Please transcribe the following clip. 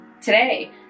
today